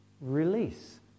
release